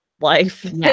life